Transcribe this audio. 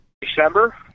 ...December